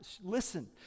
listen